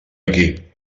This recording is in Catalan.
aquí